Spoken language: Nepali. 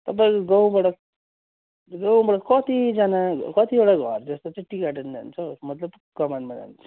तपाईँको गाउँबाट गाउँबाट कतिजना कतिवटा घरजस्तो चाहिँ टी गार्डन जान्छ हौ मतलब कमानमा जान्छ